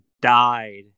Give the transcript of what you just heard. died